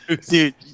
dude